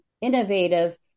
innovative